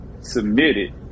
submitted